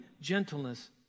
gentleness